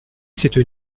cette